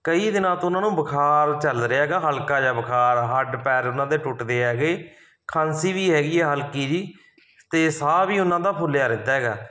ਕਈ ਦਿਨਾਂ ਤੋਂ ਉਹਨਾਂ ਨੂੰ ਬੁਖਾਰ ਚੱਲ ਰਿਹਾ ਹੈਗਾ ਹਲਕਾ ਜਿਹਾ ਬੁਖਾਰ ਹੱਡ ਪੈਰ ਉਹਨਾਂ ਦੇ ਟੁੱਟਦੇ ਹੈਗੇ ਖਾਂਸੀ ਵੀ ਹੈਗੀ ਆ ਹਲਕੀ ਜਿਹੀ ਅਤੇ ਸਾਹ ਵੀ ਉਹਨਾਂ ਦਾ ਫੁੱਲਿਆ ਰਹਿੰਦਾ ਗਾ